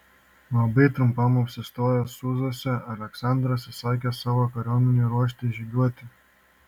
labai trumpam apsistojęs sūzuose aleksandras įsakė savo kariuomenei ruoštis žygiuoti